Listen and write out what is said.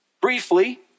briefly